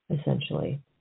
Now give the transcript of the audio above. essentially